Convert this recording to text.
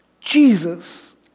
Jesus